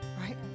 right